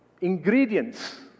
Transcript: ingredients